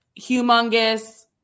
humongous